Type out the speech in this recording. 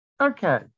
Okay